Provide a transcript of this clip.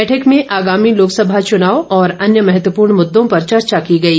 बैठक में आगामी लोकसभा चुनाव और अन्य महत्वपूर्ण मुददों पर चर्चा की गई